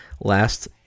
last